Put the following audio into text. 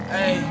Hey